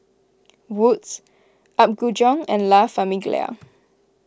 Wood's Apgujeong and La Famiglia